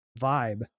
vibe